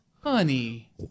Honey